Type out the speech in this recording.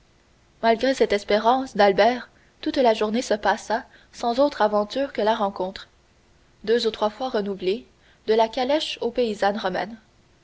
malgré cette espérance d'albert toute la journée se passa sans autre aventure que la rencontre deux ou trois fois renouvelée de la calèche aux paysannes romaines